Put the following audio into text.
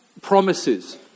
promises